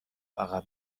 عقب